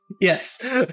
yes